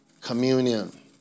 communion